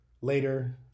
later